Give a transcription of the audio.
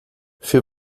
für